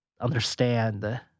understand